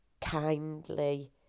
kindly